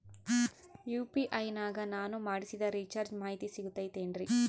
UPI ನಾಗ ನಾನು ಮಾಡಿಸಿದ ರಿಚಾರ್ಜ್ ಮಾಹಿತಿ ಸಿಗುತೈತೇನ್ರಿ?